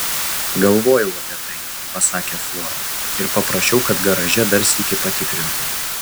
galvojau apie tai pasakė flora ir paprašiau kad garaže dar sykį patikrintų